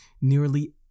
Nearly